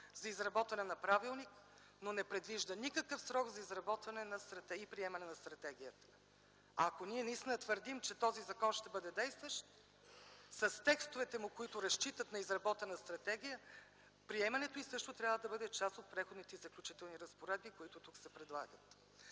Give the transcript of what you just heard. за изработване на правилник, но не предвижда никакъв срок за изработване и приемане на стратегията. Ако ние наистина твърдим, че този закон ще бъде действащ с текстовете му, които разчитат на изработена стратегия, приемането й също трябва да бъде част от Преходните и заключителни разпоредби, които тук се предлагат.